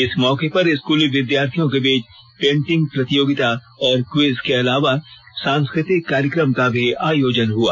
इस मौके पर स्कूली विद्यार्थियों के बीच पेंटिंग प्रतियोगिता और क्विज के अलावा सांस्कृतिक कार्यक्रम का भी आयोजन हुआ